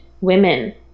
women